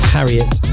Harriet